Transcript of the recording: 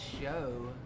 show